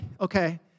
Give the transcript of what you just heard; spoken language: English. okay